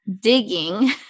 digging